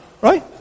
Right